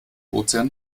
ozean